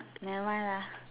never mind lah